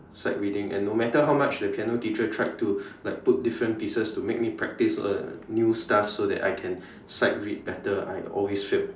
sight reading and no matter how much the piano teacher tried to like put different pieces to make me practice uh new stuff so that I can sight read better but I always failed